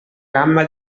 gamma